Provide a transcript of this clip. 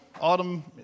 Autumn